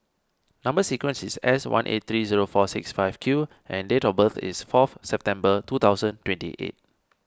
Number Sequence is S one eight three zero four six five Q and date of birth is fourth September two thousand twenty eight